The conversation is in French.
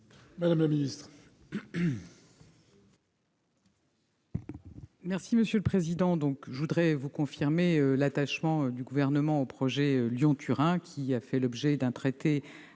Madame la ministre,